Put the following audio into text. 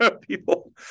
people